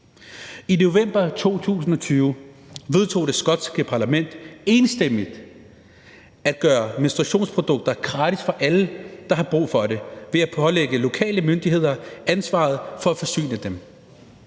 I november 2020 vedtog det skotske parlament enstemmigt at gøre menstruationsprodukter gratis for alle, der har brug for det, ved at pålægge lokale myndigheder ansvaret for forsyningen.